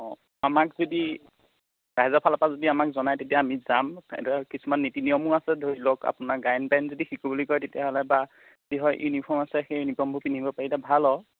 অঁ আমাক যদি ৰাইজৰফালপৰা যদি আমাক জনায় তেতিয়া আমি যাম এইদৰে কিছুমান নীতি নিয়মো আছে ধৰি লওক আপোনাৰ গায়ন বায়ন যদি শিকো বুলি কয় তেতিয়াহ'লে বা কি হয় ইনোফৰ্ম আছে সেই ইনোফৰ্মবো কিনিব পাৰিলে ভাল আৰু